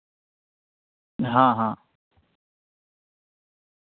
ہاں ہاں